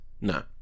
No